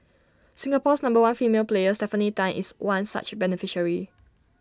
Singapore's number one female player Stefanie Tan is one such beneficiary